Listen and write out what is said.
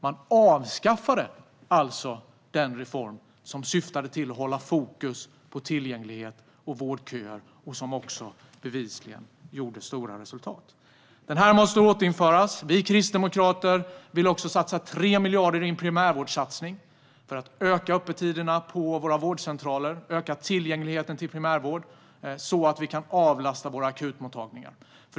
Man avskaffade alltså den reform som syftade till att hålla fokus på tillgänglighet och vårdköer och som bevisligen gav stora resultat. Detta måste återinföras. Vi kristdemokrater vill också satsa 3 miljarder i en primärvårdssatsning för att öka öppettiderna på våra vårdcentraler och öka tillgängligheten till primärvård så att vi kan avlasta våra akutmottagningar.